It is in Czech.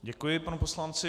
Děkuji panu poslanci.